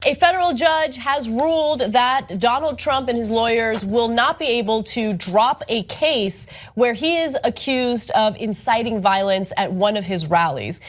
a federal judge has ruled that donald trump and his lawyers will not be able to drop a case where he is accused of inciting violence at one of his rallies.